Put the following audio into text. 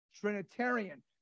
Trinitarian